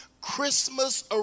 christmas